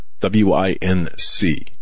W-I-N-C